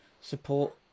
support